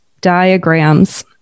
diagrams